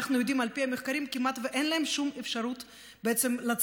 אנחנו יודעים על פי המחקרים שכמעט ואין להם שום אפשרות לצאת